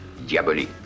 Diabolique